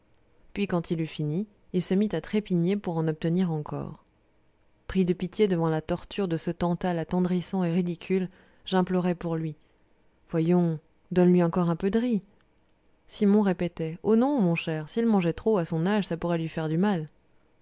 puis quand il eut fini il se mit à trépigner pour en obtenir encore pris de pitié devant la torture de ce tantale attendrissant et ridicule j'implorai pour lui voyons donne-lui encore un peu de riz simon répondit oh non mon cher s'il mangeait trop à son âge ça pourrait lui faire mal